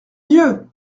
dieu